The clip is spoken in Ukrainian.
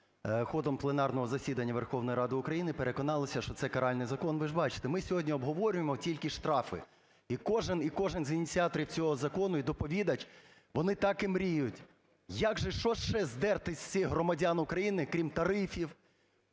ходом пленарного засідання Верховної Ради України, переконалися, що це каральний закон. Ви ж бачите, ми сьогодні обговорюємо тільки штрафи і кожен, кожен з ініціаторів цього закону і доповідач, вони так і мріють, як же що ще здерти з цих громадян України, крім тарифів,